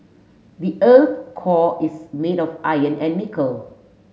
the earth core is made of iron and nickel